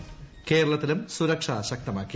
ക്ട്രേള്ത്തിലും സുരക്ഷ ശക്തമാക്കി